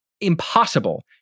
impossible